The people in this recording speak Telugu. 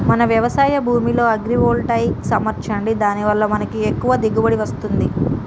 మన వ్యవసాయ భూమిలో అగ్రివోల్టాయిక్స్ అమర్చండి దాని వాళ్ళ మనకి ఎక్కువ దిగువబడి వస్తుంది